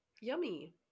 Yummy